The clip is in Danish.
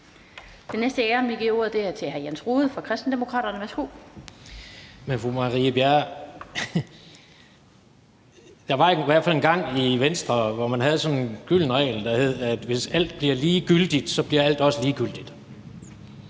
Værsgo. Kl. 16:12 Jens Rohde (KD): Men fru Marie Bjerre, der var i hvert fald engang i Venstre, hvor man havde sådan en gylden regel, der hed, at hvis alt bliver lige gyldigt, bliver alt også ligegyldigt,